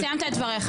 לא, סיימת את דבריך.